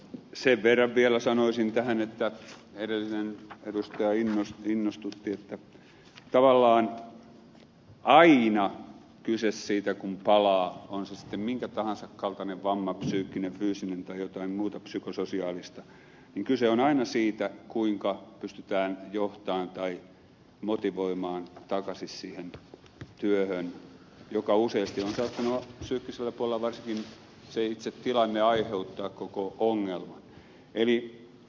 sen verran vielä sanoisin tähän edellinen edustaja innostutti että tavallaan aina kun palaa on se sitten minkä tahansa kaltainen vamma psyykkinen fyysinen tai jotain muuta psykososiaalista kyse on siitä kuinka pystytään johtamaan tai motivoimaan takaisin siihen työhön kun useasti on saattanut psyykkisellä puolella varsinkin se itse tilanne aiheuttaa koko ongelman